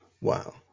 Wow